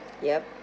yup